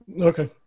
Okay